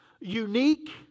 unique